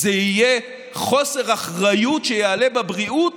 זה יהיה חוסר אחריות שיעלה בבריאות,